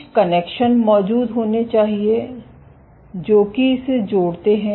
कुछ कनेक्शन मौजूद होने चाहिए जो कि इसे जोड़ते हैं